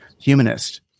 humanist